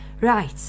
Right